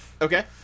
Okay